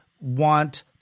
want –